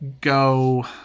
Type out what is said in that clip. go